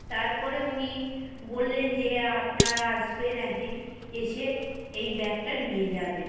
তারপরে উনি বললেন যে আপনারা আসবেন এক দিন এসে এই ব্যাগটা নিয়ে যাবেন